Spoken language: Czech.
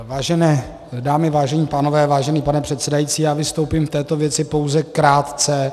Vážené dámy, vážení pánové, vážený pane předsedající, já vystoupím v této věci pouze krátce.